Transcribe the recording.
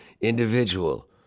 individual